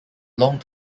long